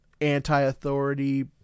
anti-authority